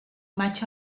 maig